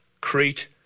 Crete